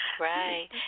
right